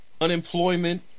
Unemployment